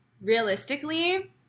realistically